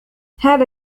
هذا